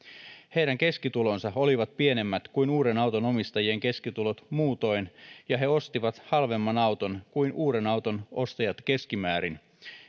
heidän keskitulonsa olivat pienemmät kuin uuden auton omistajien keskitulot muutoin ja he ostivat halvemman auton kuin uuden auton ostajat keskimäärin